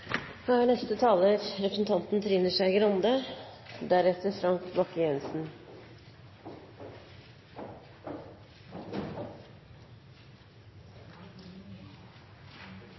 Da har representanten Trine Skei Grande